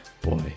Boy